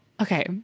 Okay